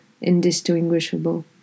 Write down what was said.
indistinguishable